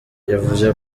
yavuze